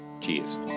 Cheers